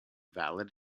valid